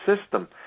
system